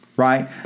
Right